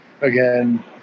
again